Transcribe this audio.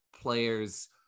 players